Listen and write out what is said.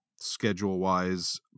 Schedule-wise